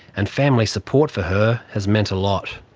and family support for her has meant a lot.